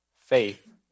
faith